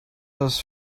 dass